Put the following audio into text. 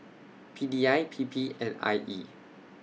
P D I P P and I E